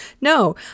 no